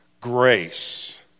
grace